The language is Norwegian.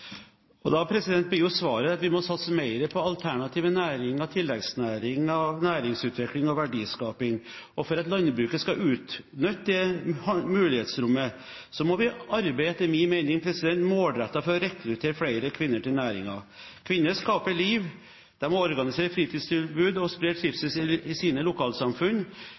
og verdiskapning. For at landbruket skal utnytte det mulighetsrommet, må vi etter min mening arbeide målrettet for å rekruttere flere kvinner til næringen. Kvinner skaper liv. De organiserer fritidstilbud og sprer trivsel i sine lokalsamfunn.